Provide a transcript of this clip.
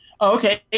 Okay